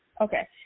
Okay